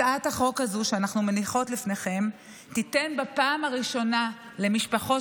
הצעת החוק הזאת שאנחנו מניחות לפניכם תיתן בפעם הראשונה למשפחות